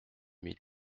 mille